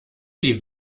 die